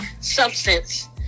substance